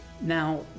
Now